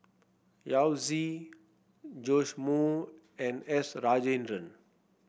Yao Zi Joash Moo and S Rajendran